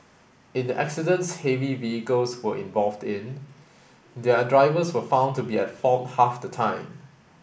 in the accidents heavy vehicles were involved in their drivers were found to be at fault half the time